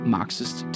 Marxist